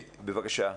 בסדר, בבקשה.